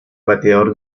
bateador